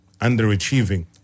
underachieving